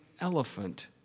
elephant